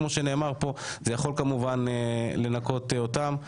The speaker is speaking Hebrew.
זה רק יכול לנקות אותן.